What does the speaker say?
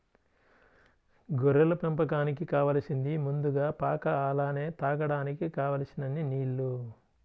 గొర్రెల పెంపకానికి కావాలసింది ముందుగా పాక అలానే తాగడానికి కావలసినన్ని నీల్లు